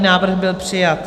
Návrh byl přijat.